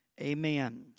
Amen